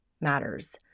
matters